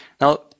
Now